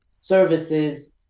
services